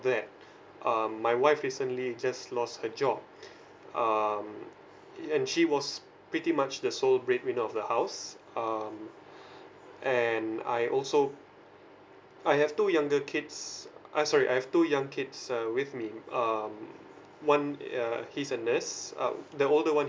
that um my wife recently just lost her job um and she was pretty much the sole bread winner of the house um and I also I have two younger kids uh sorry I have two young kids uh with me um one err he's a nurse uh the older one